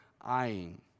eyeing